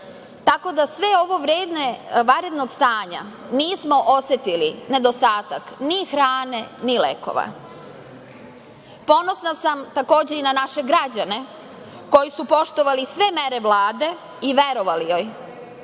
tako da sve ovo vreme vanrednog stanja nismo osetili nedostatak ni hrane, ni lekova. Ponosna sam, takođe, i na naše građane koji su poštovali sve mere Vlade i verovali joj.